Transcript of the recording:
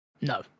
no